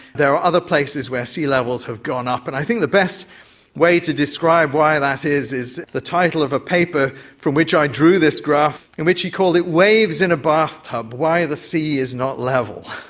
there are other places where sea levels have gone up. and i think the best way to describe why that is is the title of a paper from which i drew this graph in which he called it waves in a bath tub why the sea is not level,